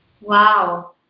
Wow